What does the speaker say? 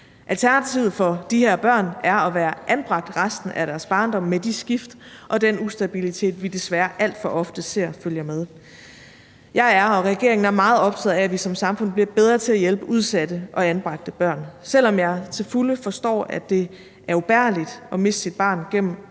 Alternativet for de her børn er at være anbragt resten af deres barndom med de skift og den ustabilitet, vi desværre alt for ofte ser følger med. Jeg og regeringen er meget optagede af, at vi som samfund bliver bedre til at hjælpe udsatte og anbragte børn, og selv om jeg til fulde forstår, at det er ubærligt at miste sit barn gennem